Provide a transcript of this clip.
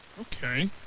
okay